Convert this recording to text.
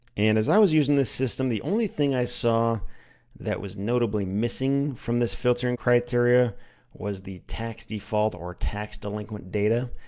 and i was using this system, the only thing i saw that was notably missing from this filtering criteria was the tax default or tax delinquent data.